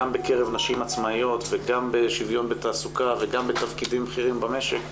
גם בקרב נשים עצמאיות וגם בשוויון בתעסוקה וגם בתפקידים בכירים במשק,